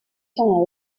temps